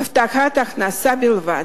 הבטחת הכנסה בלבד.